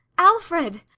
alfred!